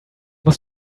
muss